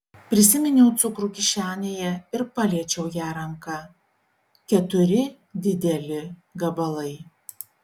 prisiminiau cukrų kišenėje ir paliečiau ją ranka keturi dideli gabalai